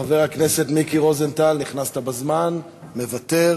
חבר הכנסת מיקי רוזנטל, נכנסת בזמן, מוותר,